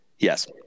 Yes